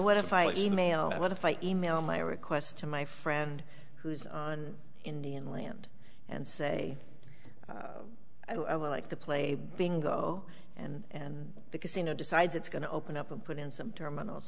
what if i email but if i email my request to my friend who is on indian land and say i would like to play bingo and the casino decides it's going to open up and put in some terminals